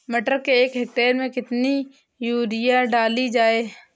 मटर के एक हेक्टेयर में कितनी यूरिया डाली जाए?